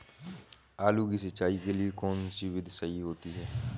आलू की सिंचाई के लिए कौन सी विधि सही होती है?